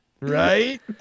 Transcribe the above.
Right